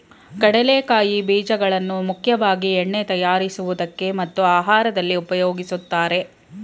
ಕಡಲೆಕಾಯಿ ಬೀಜಗಳನ್ನಾ ಮುಖ್ಯವಾಗಿ ಎಣ್ಣೆ ತಯಾರ್ಸೋಕೆ ಮತ್ತು ಆಹಾರ್ದಲ್ಲಿ ಉಪಯೋಗಿಸ್ತಾರೆ